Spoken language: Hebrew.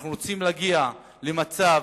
אנחנו רוצים להגיע למצב